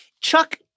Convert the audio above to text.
Chuck